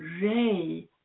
ray